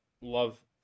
love